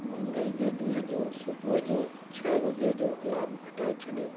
मंगलु जे ॾींहुं जो सुबुह जो छह वॻे जो अलार्म हटाइ छॾियो